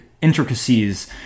intricacies